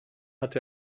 hat